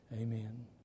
Amen